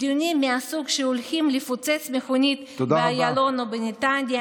בריונים מהסוג שהולכים לפוצץ מכונית באיילון או בנתניה.